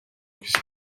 kwisi